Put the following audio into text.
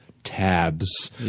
tabs